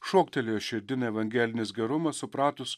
šoktelėjo širdin evangelinis gerumas supratus